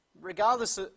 Regardless